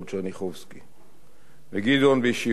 וגדעון, באישיותו המיוחדת, סימל זאת.